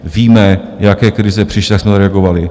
Víme, jaké krize přišly, jak jsme reagovali.